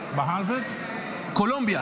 שני דברים, כיושב-ראש המל"ג,